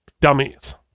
dummies